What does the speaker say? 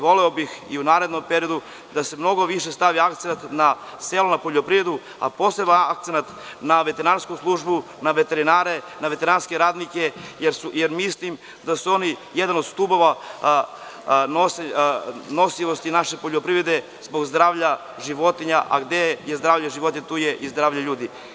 Voleo bih i u narednom periodu da se mnogo više stavlja akcenat na selo, na poljoprivredu, a posebno akcenat na veterinarsku službu, na veterinare, na veterinarske radnike, jer mislim da su oni jedan od stubova nosivosti naše poljoprivrede zbog zdravlja životinja, a gde je zdravlje životinja, tu je i zdravlje ljudi.